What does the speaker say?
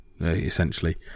essentially